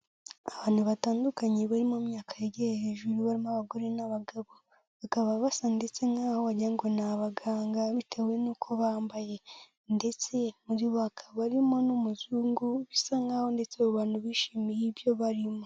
Abantu batandukanye bari mu myaka yigiye hejuru, barimo abagore n'abagabo, bakaba basa ndetse nk'aho wagira ngo ni abaganga bitewe n'uko bambaye ndetse muri bo hakaba harimo n'umuzungu, bisa nk'aho ndetse abo bantu bishimiye ibyo barimo.